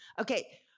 Okay